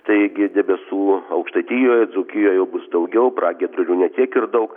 taigi debesų aukštaitijoje dzūkijoje jau bus daugiau pragiedrulių ne tiek ir daug